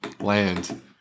land